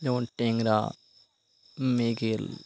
যেমন ট্যাংরা মৃগেল